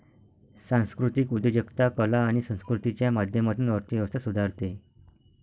सांस्कृतिक उद्योजकता कला आणि संस्कृतीच्या माध्यमातून अर्थ व्यवस्था सुधारते